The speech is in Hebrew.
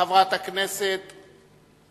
חברת הכנסת חוטובלי.